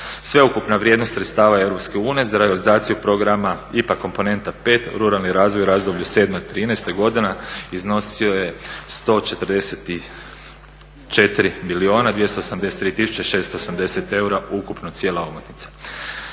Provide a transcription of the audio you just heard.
Sveukupna vrijednost sredstava Europske unije za realizaciju programa IPA komponenta 5-Ruralni razvoj u razdoblju '07.-'13. godina iznosio je 144 milijuna 283 tisuće 680 eura ukupno cijela omotnica.